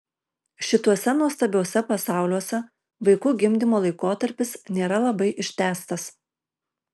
šituose nuostabiuose pasauliuose vaikų gimdymo laikotarpis nėra labai ištęstas